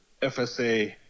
FSA